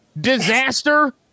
disaster